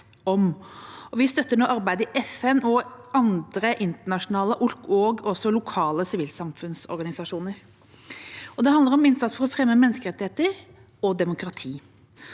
Vi støtter nå arbeidet i FN og andre internasjonale, og også lokale, sivilsamfunnsorganisasjoner. Det handler om innsats for å fremme menneskerettigheter og demokrati.